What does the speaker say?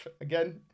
again